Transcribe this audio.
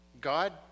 God